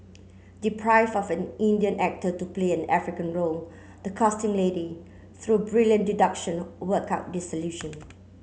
deprived of an Indian actor to play an African role the casting lady through brilliant deduction work out the solution